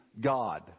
God